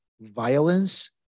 violence